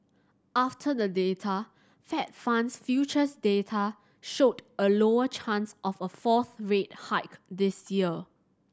after the data Fed funds futures data showed a lower chance of a fourth rate hike this year